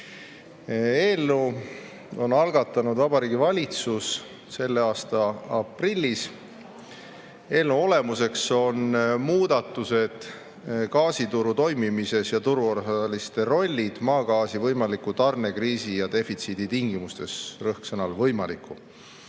Eelnõu algatas Vabariigi Valitsus selle aasta aprillis. Eelnõu olemuseks on muudatused gaasituru toimimises ja turuosaliste rollid maagaasi võimaliku tarnekriisi ja defitsiidi tingimustes, rõhk on sõnal "võimaliku".